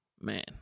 man